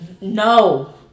No